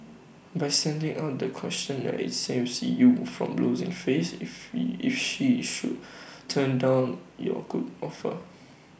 by sending out the questionnaire saves you from losing face if you if she should turn down your good offer